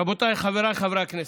רבותיי חבריי חברי הכנסת,